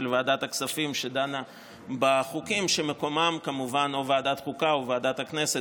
ועדת כספים שדנה בחוקים שמקומם כמובן בוועדת החוקה או בוועדת הכנסת,